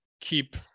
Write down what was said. keep